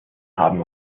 haben